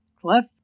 Clef